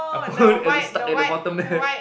I found it at the stuck at the bottom there